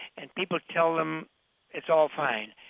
and people tell them it's all fine.